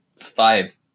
five